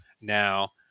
now